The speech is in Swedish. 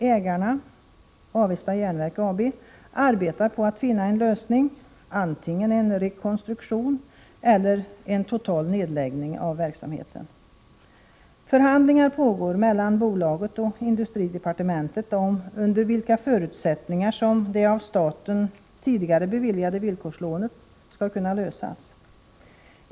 Ägaren, Avesta Jernverk AB, arbetar på att finna en lösning — antingen en rekonstruktion eller en total nedläggning av verksamheten. Förhandlingar pågår mellan bolaget och industridepartementet om under vilka förutsättningar det av statens tidigare beviljade villkorslånet skall kunna lösas.